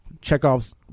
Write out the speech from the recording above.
Chekhov's